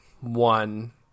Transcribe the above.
one